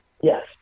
yes